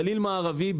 גליל מערבי,